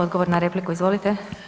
Odgovor na repliku, izvolite.